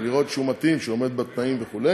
לראות שהוא מתאים, שהוא עומד בתנאים וכו'.